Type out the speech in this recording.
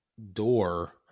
Door